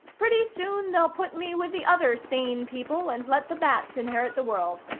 pretty soon they'll put me with the other sane people and let the bats inherit the world.